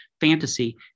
fantasy